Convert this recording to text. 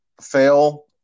fail